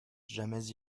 jamais